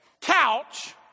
couch